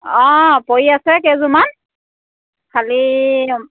অঁ পৰি আছে কেইযোৰমান খালি